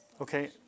Okay